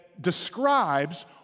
describes